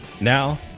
Now